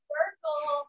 Circle